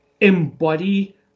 embody